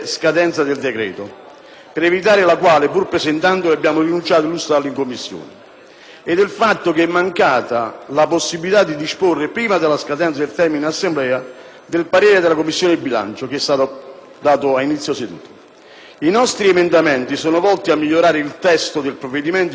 inoltre che sia mancata la possibilità di disporre, prima della scadenza del termine per la presentazione degli emendamenti in Assemblea, del parere della Commissione bilancio, che è stato comunicato a inizio seduta. I nostri emendamenti sono volti a migliorare il testo del provvedimento in alcuni aspetti principali, tenendo conto dell'impossibilità tecnica di restituire il provvedimento alla Camera.